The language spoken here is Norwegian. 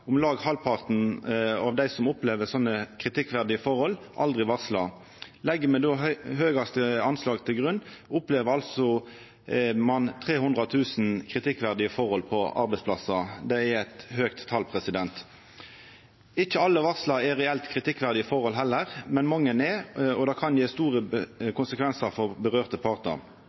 om lag halvparten av dei som opplever slike kritikkverdige forhold, aldri varslar. Legg me det høgaste overslaget til grunn, opplever om lag 300 000 kritikkverdige forhold på arbeidsplassen. Det er eit høgt tal. Ikkje alle varsel er reelt kritikkverdige forhold, heller, men mange er og kan få store konsekvensar for